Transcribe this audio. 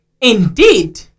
Indeed